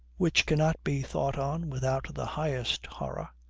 which cannot be thought on without the highest horror,